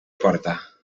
porta